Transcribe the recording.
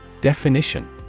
Definition